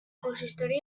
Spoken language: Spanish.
consistorio